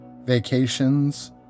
vacations